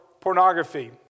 pornography